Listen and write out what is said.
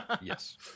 Yes